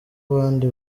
abandi